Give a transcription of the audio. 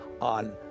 on